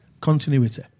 continuity